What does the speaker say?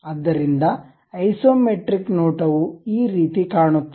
ಆದ್ದರಿಂದ ಐಸೊಮೆಟ್ರಿಕ್ ನೋಟವು ಈ ರೀತಿ ಕಾಣುತ್ತದೆ